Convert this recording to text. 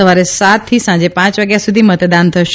સવારે સાત થી સાંજે પાંચ વાગ્યા સુધી મતદાન થશે